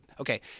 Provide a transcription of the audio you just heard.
okay